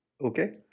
Okay